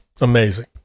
amazing